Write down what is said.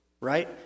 right